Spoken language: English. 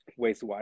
wastewater